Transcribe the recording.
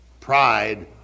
Pride